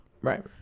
Right